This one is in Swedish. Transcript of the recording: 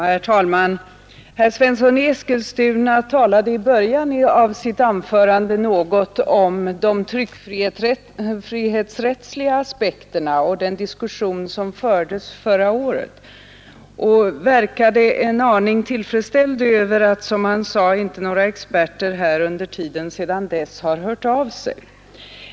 Herr talman! Herr Svensson i Eskilstuna talade i början av sitt anförande något om de tryckfrihetsrättsliga aspekterna och om den diskussion som fördes förra året och verkade en aning tillfredsställd över att, som han sade, inte några experter sedan dess har låtit höra av sig.